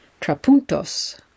trapuntos